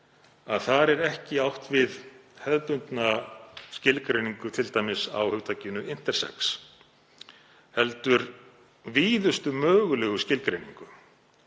að þar er ekki átt við hefðbundna skilgreiningu á t.d. hugtakinu intersex heldur víðustu mögulegu skilgreiningu